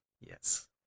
Yes